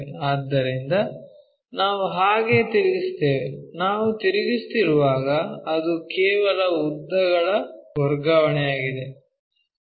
ಆದ್ದರಿಂದ ನಾವು ಹಾಗೆ ತಿರುಗಿಸುತ್ತೇವೆ ನಾವು ತಿರುಗಿಸುತ್ತಿರುವಾಗ ಅದು ಕೇವಲ ಉದ್ದಗಳ ವರ್ಗಾವಣೆಯಾಗಿದೆ